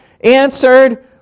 answered